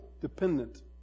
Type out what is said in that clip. dependent